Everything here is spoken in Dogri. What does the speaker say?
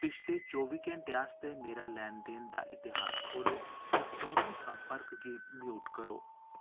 पिछले चौह्बी घैंटें आस्तै मेरा लैन देन दा इतिहास खोह्ल्लो ते सोमू संपर्क गी म्यूट करो